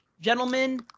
Gentlemen